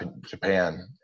Japan